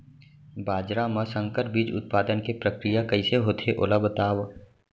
बाजरा मा संकर बीज उत्पादन के प्रक्रिया कइसे होथे ओला बताव?